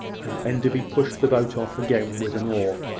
and enderby pushed the boat off again with an oar,